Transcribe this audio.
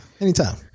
Anytime